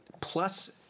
plus